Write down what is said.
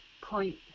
Point